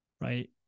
right